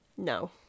No